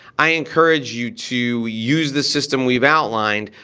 i encourage you to use the system we've outlined,